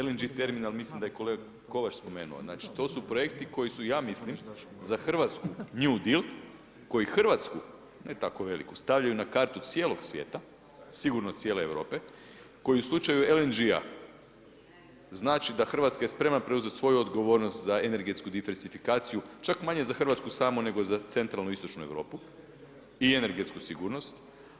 LNG terminal, mislim daje kolega Kovač spomenuo, znači to su projekti koje ja mislim za Hrvatsku new dieal koji Hrvatsku ne tako veliku, stavljaju na kartu cijelo svijeta, sigurno cijele Europe koji u slučaju LNG-a znači da je Hrvatska spremna preuzeti svoju odgovornost za energetsku … čak manje za Hrvatsku samu nego za centralnu Istočnu Europu i energetsku sigurnost.